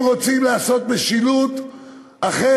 אם רוצים לעשות משילות אחרת,